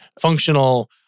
functional